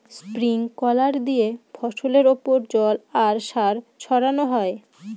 sprinkler দিয়ে ফসলের ওপর জল আর সার ছড়ানো হয়